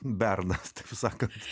berną taip sakant